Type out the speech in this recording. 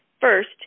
First